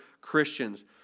Christians